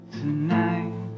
tonight